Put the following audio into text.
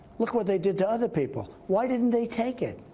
look what they did to other people. why didn't they take it?